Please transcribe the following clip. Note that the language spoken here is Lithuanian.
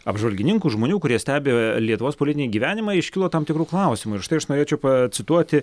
apžvalgininkų žmonių kurie stebi lietuvos politinį gyvenimą iškilo tam tikrų klausimų ir štai aš norėčiau pacituoti